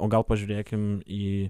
o gal pažiūrėkim į